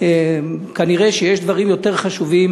אנחנו לא במדינה שוויונית.